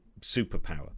superpower